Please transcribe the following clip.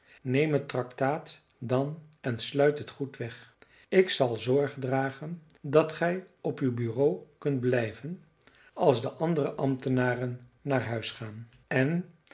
neem het tractaat dan en sluit het goed weg ik zal zorg dragen dat gij op uw bureau kunt blijven als de andere ambtenaren naar huis gaan en